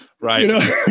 Right